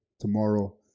tomorrow